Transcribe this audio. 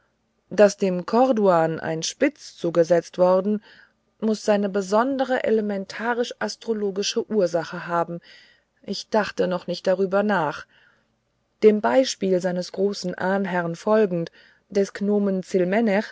daß dem corduan ein spitz zugesetzt worden muß seine besonderen elementarisch astrologischen ursachen haben ich dachte noch nicht darüber nach dem beispiel seines großen ahnherrn folgend des